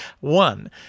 One